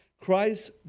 Christ